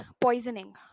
poisoning